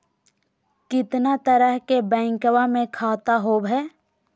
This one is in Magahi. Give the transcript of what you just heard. कितना तरह के बैंकवा में खाता होव हई?